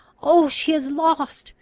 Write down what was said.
oh, she is lost!